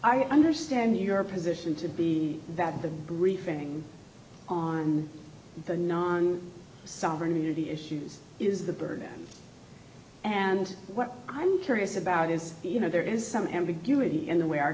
i understand your position to be that the briefing on the non sovereign immunity issues is the burden and what i'm curious about is you know there is some ambiguity in the way our